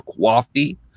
coffee